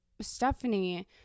Stephanie